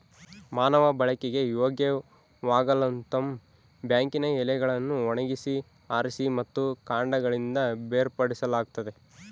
ಮಾನವ ಬಳಕೆಗೆ ಯೋಗ್ಯವಾಗಲುತಂಬಾಕಿನ ಎಲೆಗಳನ್ನು ಒಣಗಿಸಿ ಆರಿಸಿ ಮತ್ತು ಕಾಂಡಗಳಿಂದ ಬೇರ್ಪಡಿಸಲಾಗುತ್ತದೆ